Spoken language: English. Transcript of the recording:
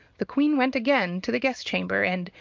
the queen went again to the guest-chamber, and,